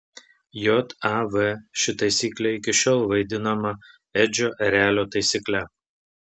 jav ši taisyklė iki šiol vaidinama edžio erelio taisykle